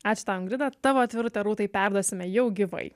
ačiū tau ingrida tavo atvirutę rūtai perduosime jau gyvai